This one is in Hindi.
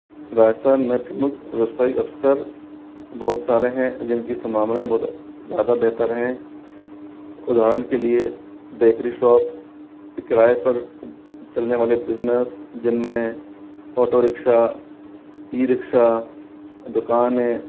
राजस्थान में प्रमुख व्यवसायिक अवसर बहुत सारे हैं जिनकी संभावनाएं बहुत ज़्यादा बेहतर हैं उदाहरण के लिए बेकरी शॉप किराए पर चलने वाले बिज़नेस जिनमें ऑटो रिक्शा ई रिक्शा दुकानें